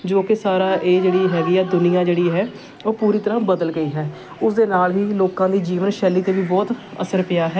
ਜੋ ਕਿ ਸਾਰਾ ਇਹ ਜਿਹੜੀ ਹੈਗੀ ਹੈ ਦੁਨੀਆਂ ਜਿਹੜੀ ਹੈ ਉਹ ਪੂਰੀ ਤਰ੍ਹਾਂ ਬਦਲ ਗਈ ਹੈ ਉਸਦੇ ਨਾਲ ਹੀ ਲੋਕਾਂ ਦੀ ਜੀਵਨਸ਼ੈਲੀ 'ਤੇ ਵੀ ਬਹੁਤ ਅਸਰ ਪਿਆ ਹੈ